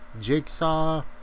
Jigsaw